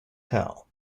tell